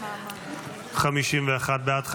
51 בעד,